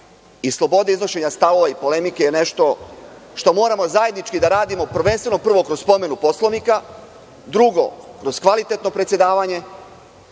i slobode iznošenja stavova i polemike je nešto što moramo zajednički da radimo prvenstveno prvo kroz promenu Poslovnika. Drugo, kroz kvalitetno predsedavanje